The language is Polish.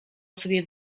sobie